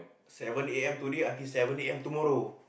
seven A_M today until seven A_M tomorrow